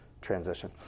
transition